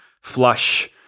flush